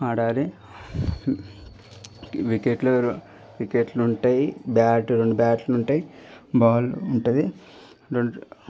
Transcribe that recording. ఆడాలి వికెట్లు వికెట్లు ఉంటాయి బ్యాట్లు రెండు బ్యాట్లు ఉంటాయి బాల్ ఉంటుంది రెండు